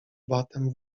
batem